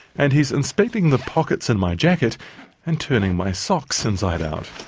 and he's inspecting the pockets in my jacket and turning my socks inside out.